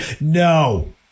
no